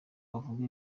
avuge